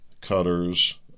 cutters